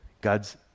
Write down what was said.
God's